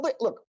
Look